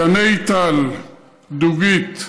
גני טל, דוגית,